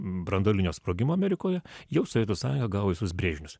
branduolinio sprogimo amerikoje jau sovietų sąjunga gavo visus brėžinius